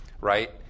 right